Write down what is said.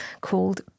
called